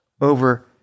over